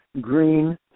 green